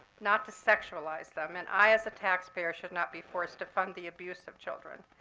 not to sexualize them. and i, as a taxpayer, should not be forced to fund the abuse of children.